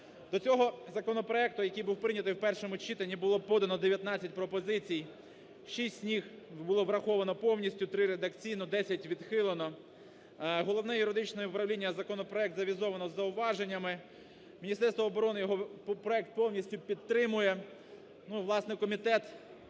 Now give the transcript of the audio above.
До цього законопроекту, який був прийнятий в першому читанні, було подано 19 пропозиції. 6 з них було враховано повністю, 3 – редакційно, 10 відхилено. Головне юридичне управління, законопроект завізовано з зауваженнями. Міністерство оборони проект повністю підтримує. Ну, власне, комітет